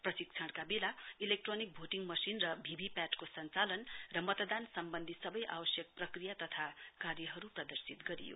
प्रशिक्षणका वेला electronic voting machine र भिभि प्याट को संचालन र मतदान सम्बन्धी सबै आवश्यक प्रक्रिया तथा कार्यहरु प्रदर्शित गरियो